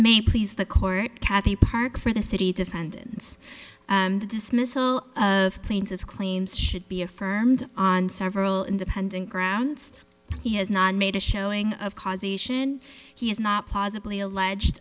may please the court cathy park for the city defendants the dismissal of planes as claims should be affirmed on several independent grounds he has not made a showing of causation he has not possibly alleged